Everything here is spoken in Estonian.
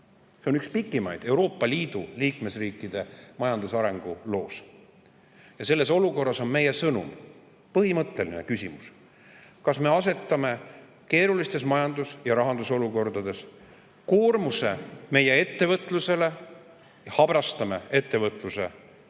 See on üks pikimaid [langusi] Euroopa Liidu liikmesriikide majandusarengu loos. Selles olukorras on meie ees põhimõtteline küsimus: kas me asetame keerulises majandus- ja rahandusolukorras koormuse ettevõtlusele – ja habrastame ettevõtjate kindlustunnet